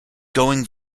going